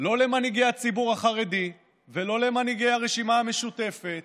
לא למנהיגי הציבור החרדי ולא למנהיגי הרשימה המשותפת